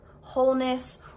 wholeness